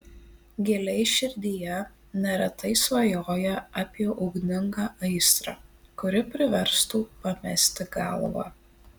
giliai širdyje neretai svajoja apie ugningą aistrą kuri priverstų pamesti galvą